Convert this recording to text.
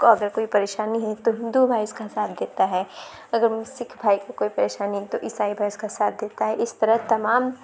کو اگر کوئی پریشانی ہوئی تو ہندو بھائی اس کا ساتھ دیتا ہے اگر سکھ بھائی کو کوئی پریشانی ہے تو عیسائی بھائی اس کا ساتھ دیتا ہے اس طرح تمام